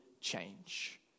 change